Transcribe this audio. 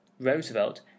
Roosevelt